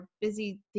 busy